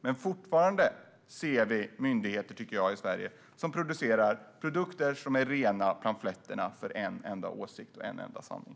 Men vi ser fortfarande myndigheter i Sverige som producerar rena pamfletter för en enda åsikt och en enda sanning.